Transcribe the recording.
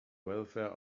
welfare